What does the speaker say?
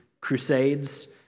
crusades